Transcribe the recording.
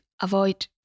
avoid